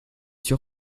sûr